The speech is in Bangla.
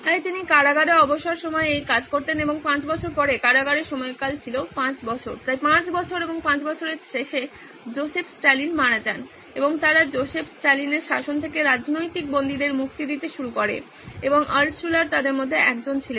তাই তিনি কারাগারে অবসর সময়ে এই কাজ করতেন এবং 5 বছর পরে কারাগারের সময়কাল ছিল 5 বছর প্রায় 5 বছর এবং 5 বছরের শেষে জোসেফ স্ট্যালিন মারা যান এবং তারা জোসেফ স্ট্যালিনের শাসন থেকে রাজনৈতিক বন্দীদের মুক্তি দিতে শুরু করে এবং আল্টশুলার তাদের মধ্যে একজন ছিলেন